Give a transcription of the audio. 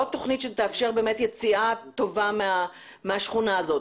תכנית שתאפשר באמת יציאה טובה מהשכונה הזאת.